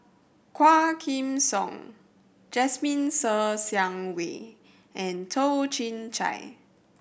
Quah Kim Song Jasmine Ser Xiang Wei and Toh Chin Chye